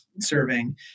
serving